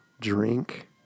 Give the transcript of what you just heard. drink